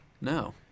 No